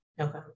okay